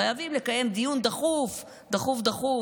חייבים לקיים דיון דחוף דחוף דחוף,